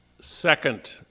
second